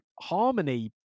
harmony